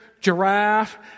Giraffe